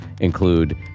include